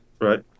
Right